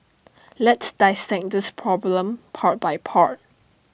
let's dissect this problem part by part